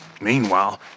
Meanwhile